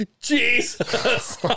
Jesus